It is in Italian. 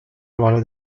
ruolo